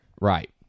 Right